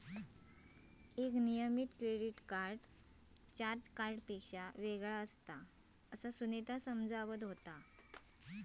एक नियमित credit card charge कार्डपेक्षा वेगळा असता, असा सुनीता समजावत होता